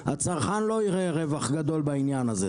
הצרכן לא יראה רווח גדול בעניין הזה.